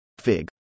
Fig